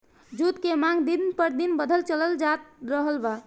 जुट के मांग दिन प दिन बढ़ल चलल जा रहल बा